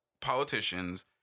politicians